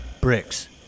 Bricks